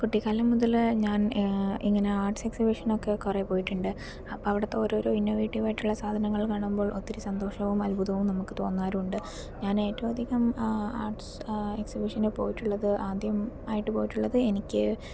കുട്ടിക്കാലം മുതൽ ഞാൻ ഇങ്ങനെ ആർട്സ് എക്സിബിഷനൊക്കെ കുറേ പോയിട്ടുണ്ട് അപ്പോൾ അവിടത്തെ ഓരോരോ ഇന്നോവേറ്റീവായിട്ടുള്ള സാധനങ്ങൾ കാണുമ്പോൾ ഒത്തിരി സന്തോഷവും അത്ഭുതവും നമുക്ക് തോന്നാറുണ്ട് ഞാൻ ഏറ്റവും അധികം ആർട്സ് എക്സിബിഷന് പോയിട്ടുള്ളത് ആദ്യം ആയിട്ട് പോയിട്ടുള്ളത് എനിക്ക്